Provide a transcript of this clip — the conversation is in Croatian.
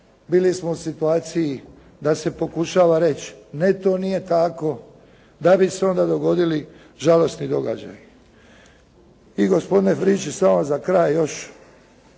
bili smo u situaciji da se pokušava reći ne to nije tako, da bi se onda dogodili žalosni događaji. I gospodine Friščić, samo za kraj još